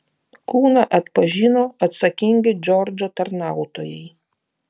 kūną atpažino atsakingi džordžo tarnautojai